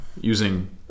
using